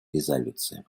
резолюции